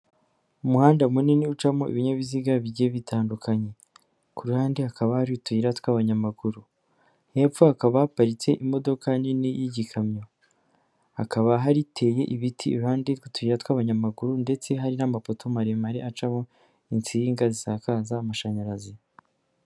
Umuhanda munini ucamo ibinyabiziga bijye bitandukanye. Ku ruhande hakaba ari utuyira tw'abanyamaguru. Hepfo hakaba haparitse imodoka nini y'igikamyo, hakaba hari teye ibiti ihande utuyira tw'abanyamaguru ndetse hari n'amapoto maremare acaho insinga zisakaza amashanyarazi.